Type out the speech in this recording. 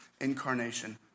incarnation